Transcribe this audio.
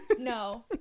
no